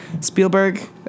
Spielberg